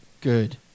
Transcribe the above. Good